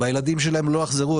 והילדים שלהם לא יחזרו.